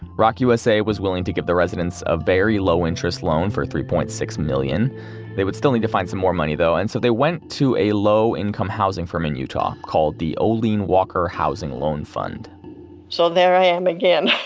roc usa was willing to give the residents a low-interest loan for three point six dollars million they would still need to find some more money, though, and so, they went to a low-income housing firm in utah, called the olene walker housing loan fund so there i am again,